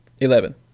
Eleven